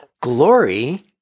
glory